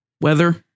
Weather